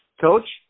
Coach